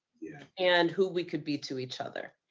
and who we could be to each other.